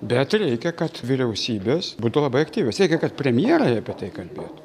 bet reikia kad vyriausybės būtų labai aktyvios reikia kad premjerai apie tai kalbėtų